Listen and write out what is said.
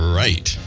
right